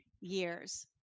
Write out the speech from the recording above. years